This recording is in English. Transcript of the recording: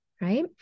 Right